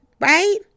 right